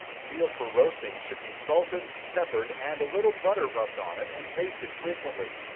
veal for roasting should be salted, peppered, and a little butter rubbed on it, and basted frequently.